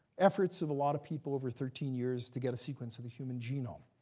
efforts of a lot of people over thirteen years to get a sequence of the human genome.